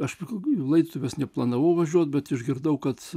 aš likau į laidotuves neplanavau važiuoti bet išgirdau kad